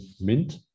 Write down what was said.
mint